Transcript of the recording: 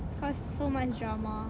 cause so much drama